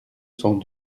cent